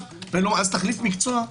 אז תחליף מקצוע?